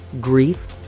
grief